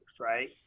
right